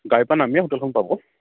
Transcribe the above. গাড়ীৰ পৰা নামিয়েই হোটেলখন পাব